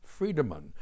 Friedemann